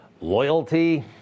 loyalty